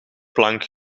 plank